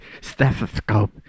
stethoscope